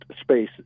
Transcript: spaces